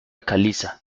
caliza